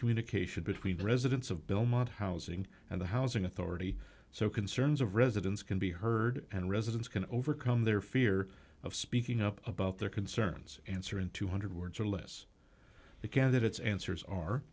communication between the residents of belmont housing and the housing authority so concerns of residents can be heard and residents can overcome their fear of speaking up about their concerns answer in two hundred words or less the candidates answers are